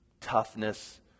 toughness